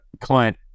Clint